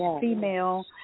female